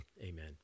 amen